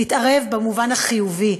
להתערב במובן החיובי,